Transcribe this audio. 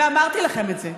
ואמרתי לכם את זה,